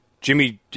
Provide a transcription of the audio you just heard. Jimmy